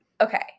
Okay